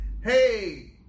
hey